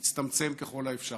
ותצטמצם ככל האפשר.